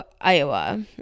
Iowa